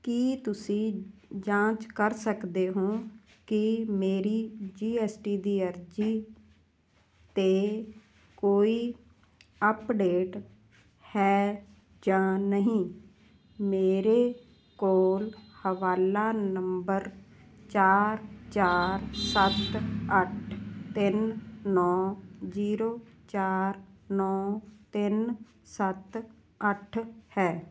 ਕੀ ਤੁਸੀਂ ਜਾਂਚ ਕਰ ਸਕਦੇ ਹੋ ਕਿ ਮੇਰੀ ਜੀ ਐੱਸ ਟੀ ਦੀ ਅਰਜ਼ੀ 'ਤੇ ਕੋਈ ਅੱਪਡੇਟ ਹੈ ਜਾਂ ਨਹੀਂ ਮੇਰੇ ਕੋਲ ਹਵਾਲਾ ਨੰਬਰ ਚਾਰ ਚਾਰ ਸੱਤ ਅੱਠ ਤਿੰਨ ਨੌਂ ਜ਼ੀਰੋ ਚਾਰ ਨੌਂ ਤਿੰਨ ਸੱਤ ਅੱਠ ਹੈ